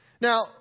Now